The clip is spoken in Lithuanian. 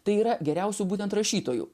tai yra geriausių būtent rašytojų